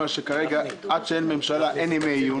לפיה עד שאין ממשלה אין ימי עיון?